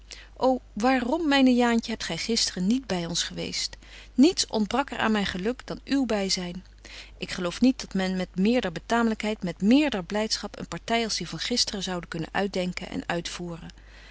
ô waarom myne jaantje hebt gy gisteren niet by ons geweest niets ontbrak er aan myn geluk dan uw byzyn ik geloof niet dat men met meerder betaamlykheid met meerder blydschap een party als die van gisteren zoude kunnen uitdenken en uitvoeren